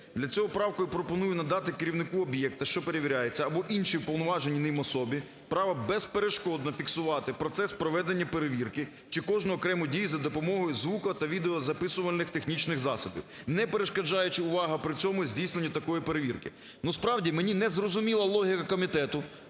Для цього правкою пропоную надати керівнику об'єкта, що перевіряється, або іншій уповноваженій ним особі право безперешкодно фіксувати процес проведення перевірки чи кожну окрему дію за допомогою звуко- та відеозаписувальних технічних засобів, не перешкоджаючи, увага, при цьому здійсненню такої перевірки. Ну, справді, мені не зрозуміла логіка комітету.